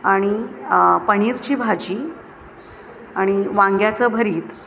आणि पनीरची भाजी आणि वांग्याचं भरीत